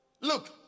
Look